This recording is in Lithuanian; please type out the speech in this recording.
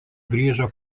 grįžo